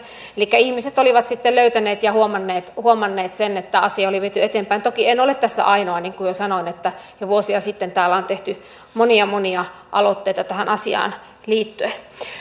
elikkä ihmiset olivat sitten löytäneet ja huomanneet huomanneet sen että asiaa oli viety eteenpäin toki en ole tässä ainoa niin kuin jo sanoin että jo vuosia sitten täällä on tehty monia monia aloitteita tähän asiaan liittyen